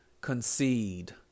concede